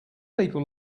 people